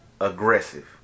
aggressive